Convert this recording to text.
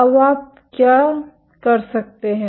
अब आप क्या कर सकते हैं